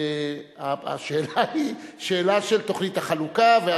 השאלה היא שאלה של תוכנית החלוקה.